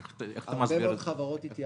איך אתה מסביר את זה?